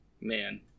Man